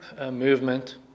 movement